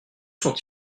sont